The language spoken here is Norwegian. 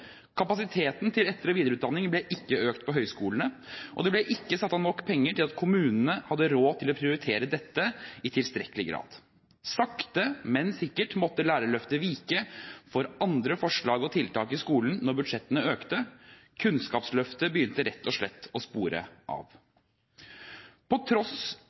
Kapasiteten til etter- og videreutdanning ble ikke økt på høyskolene, og det ble ikke satt av nok penger til at kommunene hadde råd til å prioritere dette i tilstrekkelig grad. Sakte, men sikkert måtte lærerløftet vike for andre forslag og tiltak i skolen når budsjettene økte. Kunnskapsløftet begynte rett og slett å spore av. På tross